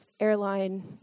airline